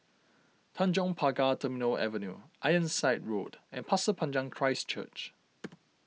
Tanjong Pagar Terminal Avenue Ironside Road and Pasir Panjang Christ Church